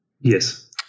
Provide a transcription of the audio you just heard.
Yes